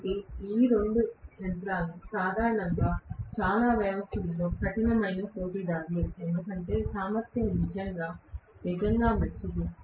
కాబట్టి ఈ రెండు యంత్రాలు సాధారణంగా చాలా సందర్భాలలో కఠినమైన పోటీదారులు ఎందుకంటే సామర్థ్యం నిజంగా నిజంగా మంచిది